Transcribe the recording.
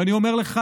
ואני אומר לך,